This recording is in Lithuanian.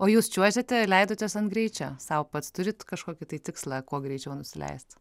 o jūs čiuožėte leidotės ant greičio sau pats turite kažkokį tikslą kuo greičiau nusileisti